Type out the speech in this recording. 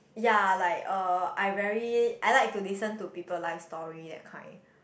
ya like uh I very I like to listen to people life story that kind